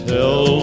Tell